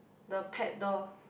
the pet door